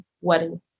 wedding